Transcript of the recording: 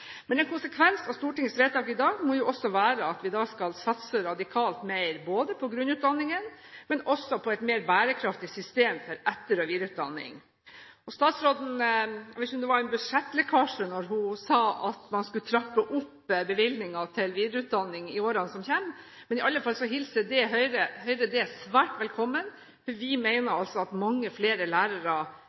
En konsekvens av Stortingets vedtak i dag må også være at vi skal satse radikalt mer både på grunnutdanningen og på et mer bærekraftig system for etter- og videreutdanning. Jeg vet ikke om det var en budsjettlekkasje da statsråden sa at man skulle trappe opp bevilgningen til videreutdanning i årene som kommer, men Høyre hilser i alle fall det svært velkommen. Vi mener at mange flere lærere